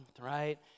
right